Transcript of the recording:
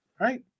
right